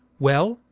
well,